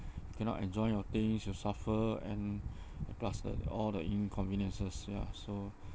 cannot enjoy your things you suffer and and plus the all the inconveniences ya so